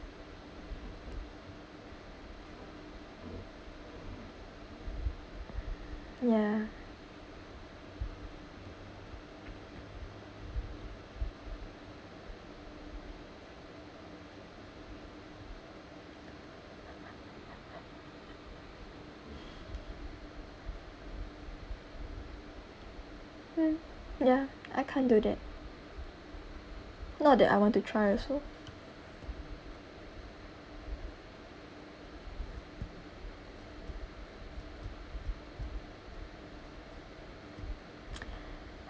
ya hmm ya I can't do that not that I want to try also